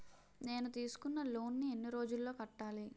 నేను తీసుకున్న లోన్ నీ ఎన్ని రోజుల్లో కట్టాలి?